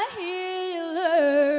healer